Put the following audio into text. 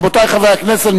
רבותי חברי הכנסת,